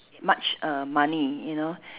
much err money you know